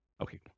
Okay